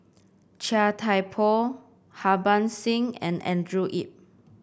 Chia Thye Poh Harbans Singh and Andrew Yip